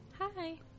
Hi